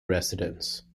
residents